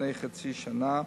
לפני חצי שנה.